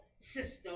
system